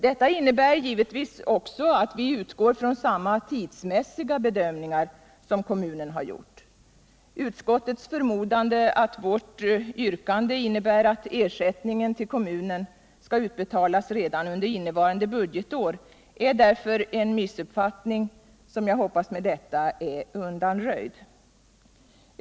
Detta innebär givetvis också att vi utgår från samma tidsmässiga bedömningar som kommunen har gjort. Utskottets förmodande att vårt yrkande innebär att ersättningen till kommunen skall utbetalas redan under innevarande budgetår är därför en missuppfattning, som jag hoppas med detta är undanröjd.